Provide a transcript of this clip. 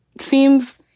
seems